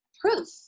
proof